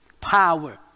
power